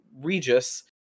Regis